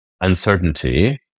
uncertainty